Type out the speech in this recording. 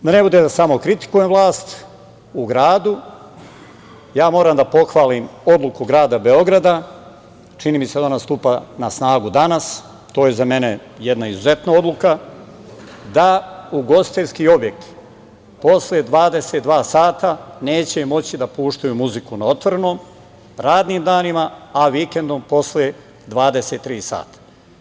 Da ne bude da samo kritikujem vlast u gradu, ja moram da pohvalim odluku grada Beograda, čini mi se da ona stupa na snagu danas, to je za mene jedna izuzetna odluka, da ugostiteljski objekti posle 22 sata neće moći da puštaju muziku na otvorenom radnim danima a vikendom posle 23 sata.